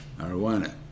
Marijuana